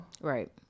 Right